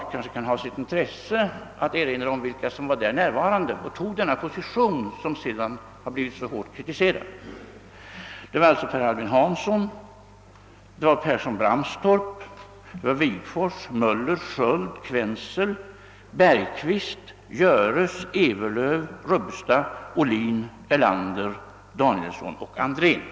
Det kanske kan ha sitt intresse att erinra om vilka som var närvarande och intog den position som sedan har blivit så hårt kritiserad; det var Per Albin Hansson, Pehrsson-Bramstorp, Wigforss, Möller, Sköld, Quensel, Bergquist, Gjöres, Ewerlöf, Rubbestad, Ohlin, Erlander, Danielson och Andrén.